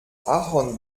ahorn